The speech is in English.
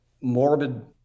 morbid